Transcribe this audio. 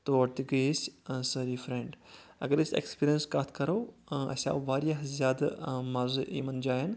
توٚر تہِ گٔے أسۍ سٲری فرینٛڈ اگر أسۍ ایکسپیٖرینٕس کتھ کرو اَسہِ آو واریاہ زیٛادٕ مَزِ یمن جایَن